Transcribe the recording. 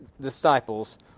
disciples